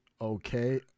Okay